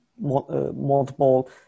multiple